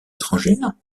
étrangère